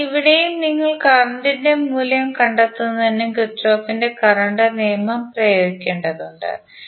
കാരണം ഇവിടെയും നിങ്ങൾ കറന്റുകളുടെ മൂല്യം കണ്ടെത്തുന്നതിന് കിർചോഫിന്റെ കറന്റ് നിയമം പ്രയോഗിക്കേണ്ടതുണ്ട്